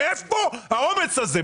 מאיפה האומץ הזה?